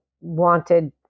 wanted